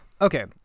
okay